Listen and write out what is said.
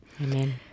Amen